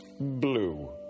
blue